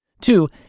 Two